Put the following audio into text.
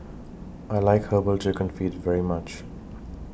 I like Herbal Chicken Feet very much